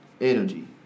Energy